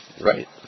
Right